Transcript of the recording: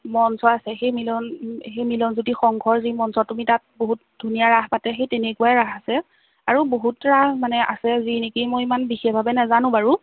মঞ্চ আছে সেই মিলন সেই মিলনজ্যোতি সংঘৰ যি মঞ্চ তুমি তাত বহুত ধুনীয়া ৰাস পাতে সেই তেনেকুৱাই ৰাস আছে আৰু বহুত ৰাস মানে আছে যি নেকি মই ইমান বিশেষভাৱে নাজানো বাৰু